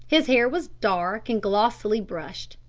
his hair was dark and glossily brushed.